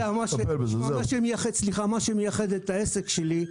מה שמייחד את העסק שלי,